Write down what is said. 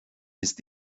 ist